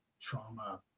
trauma